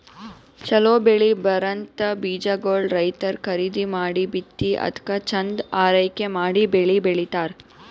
ಛಲೋ ಬೆಳಿ ಬರಂಥ ಬೀಜಾಗೋಳ್ ರೈತರ್ ಖರೀದಿ ಮಾಡಿ ಬಿತ್ತಿ ಅದ್ಕ ಚಂದ್ ಆರೈಕೆ ಮಾಡಿ ಬೆಳಿ ಬೆಳಿತಾರ್